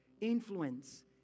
Influence